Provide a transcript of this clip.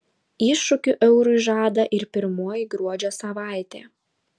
iššūkių eurui žada ir pirmoji gruodžio savaitė